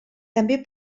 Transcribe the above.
també